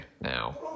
now